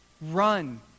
Run